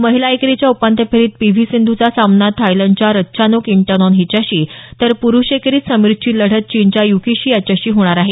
महिला एकेरीच्या उपांत्य फेरीत पी व्ही सिंधू चा सामना थायलंडच्या रत्चानोक इंटॅनॉन हिच्याशी तर पुरुष एकेरीत समीरची लढतनं चीनच्या युकी शी याच्याशी होणार आहे